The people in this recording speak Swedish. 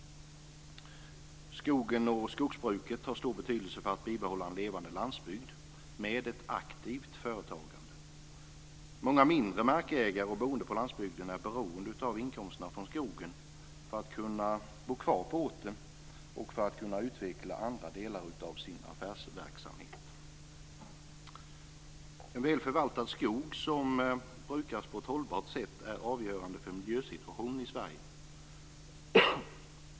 Skogen och skogsbruket har stor betydelse för att vi skall kunna bibehålla en levande landsbygd med ett aktivt företagande. Många mindre markägare och boende på landsbygden är beroende av inkomsterna från skogen för att kunna bor kvar på orten och för att kunna utveckla andra delar av sin affärsverksamhet. En väl förvaltad skog som brukas på ett hållbart sätt är avgörande för miljösituationen i Sverige.